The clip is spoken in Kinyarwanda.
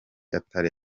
atari